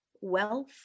wealth